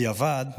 בדיעבד,